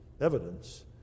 evidence